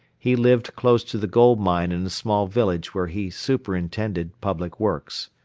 he lived close to the gold mine in a small village where he superintended public works.